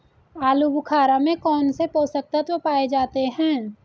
आलूबुखारा में कौन से पोषक तत्व पाए जाते हैं?